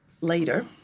later